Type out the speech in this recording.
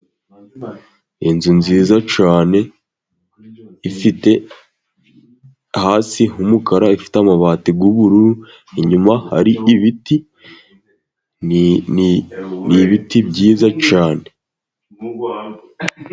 Inzu nziza cyane ifite hasi h'umukara. Ifite amabati y'ubururu, inyuma hari ibiti, ibiti byiza cyane.